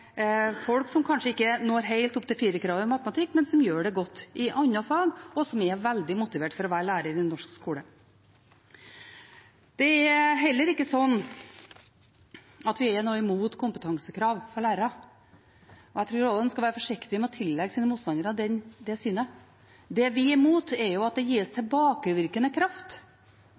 folk som kanskje ikke når helt opp til 4-kravet i matematikk, men som gjør det godt i andre fag, og som er veldig motivert for å være lærer i norsk skole. Det er heller ikke slik at vi er imot kompetansekrav for lærere. Jeg tror også man skal være forsiktig med å tillegge sine motstandere det synet. Det vi er imot, er at det gis tilbakevirkende kraft.